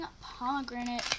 pomegranate